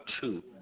two